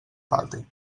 falte